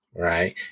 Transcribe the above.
Right